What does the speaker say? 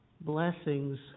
Blessings